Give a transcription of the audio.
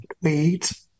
wait